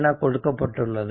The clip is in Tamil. என கொடுக்கப்பட்டுள்ளது